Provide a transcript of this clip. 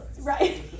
Right